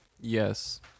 Yes